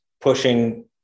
pushing